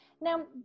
now